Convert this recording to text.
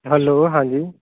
hello ਹਾਂਜੀ